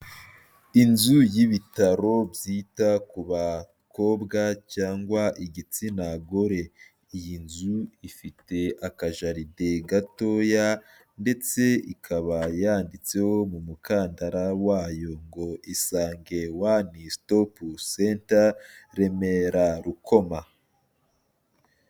Inzu y'ibitaro byita ku bakobwa cyangwa igitsina gore, iyi nzu ifite akajaride gatoya ndetse ikaba yanditseho mu mukandara wayo ngo Isange one stop Remera Rukoma.